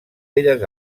belles